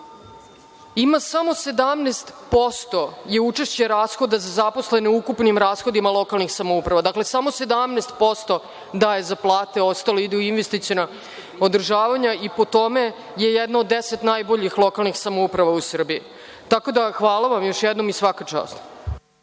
ima samo 17% učešća rashoda za zaposlene u ukupnim rashodima lokalnih samouprava. Dakle samo 17% daje za plate, ostalo ide u investiciona održavanja i po tome je jedna od 10 najboljih lokalnih samouprava u Srbiji. Tako da, hvala vam još jednom i svaka čast.